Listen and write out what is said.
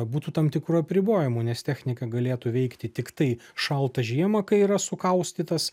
būtų tam tikrų apribojimų nes technika galėtų veikti tiktai šaltą žiemą kai yra sukaustytas